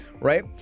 Right